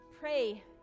pray